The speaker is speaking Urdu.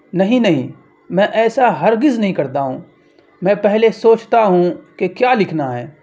نہیں نہیں میں ایسا ہرگز نہیں کرتا ہوں میں پہلے سوچتا ہوں کہ کیا لکھنا ہے